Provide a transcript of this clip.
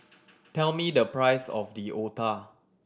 tell me the price of the Otah